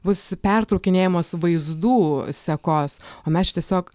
bus pertraukinėjamos vaizdų sekos o mes čia tiesiog